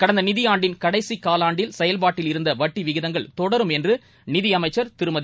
கடந்தநிதியாண்டின் கடைசிகாலாண்டில் செயல்பாட்டில் இருந்தவட்ட விகிதங்கள் தொடரும் என்றுநிதியமைச்சா் திருமதி